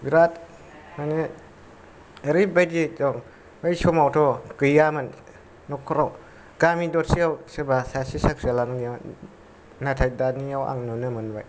बिराद मानि ओरैबादि एखदम बै समावथ गैयामोन गामि दरसेआव सोरबा सासे साख्रिआवलायानो गैया नाथाय दानिआव आं नुनो मोनबाय